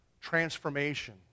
transformation